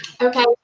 Okay